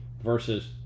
Versus